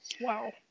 Wow